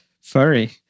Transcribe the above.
furry